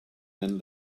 man